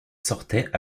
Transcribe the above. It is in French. sortaient